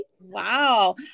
Wow